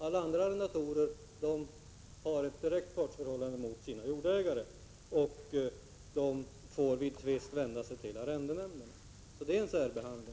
Alla andra arrendatorer har ett direkt partsförhållande gentemot sina jordägare, och de får vid tvist vända sig till arrendenämnderna. Så det är fråga om en särbehandling.